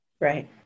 Right